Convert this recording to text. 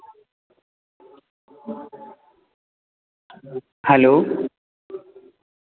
hello